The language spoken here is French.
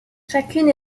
chacune